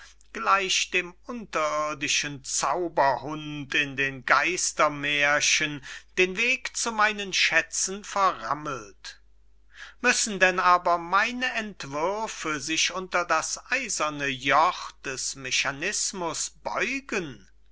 gleich dem unterirdischen zauberhund in den geistermährchen den weg zu meinen schätzen verrammelt müssen denn aber meine entwürfe sich unter das eiserne joch des mechanismus beugen